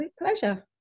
pleasure